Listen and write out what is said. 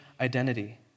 identity